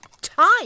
Time